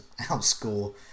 outscore